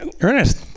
Ernest